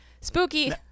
spooky